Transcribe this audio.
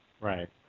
Right